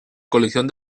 colección